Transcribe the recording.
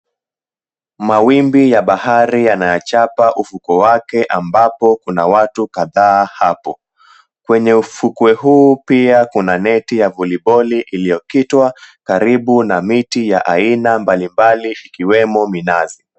Mawimbi ya bahari yanayachapa ufuko wake ambapo kuna watu kadhaa hapo. Kwenye ufukwe huu pia kuna neti ya voliboli iliyokitwa karibu na miti ya aina mbalimbali ikiwemo minazi.